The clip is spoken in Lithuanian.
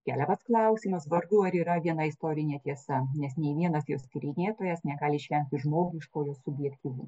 keliamas klausimas vargu ar yra viena istorinė tiesa nes nei vienas jos tyrinėtojas negali išvengti žmogiškojo subjektyvumo